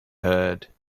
heard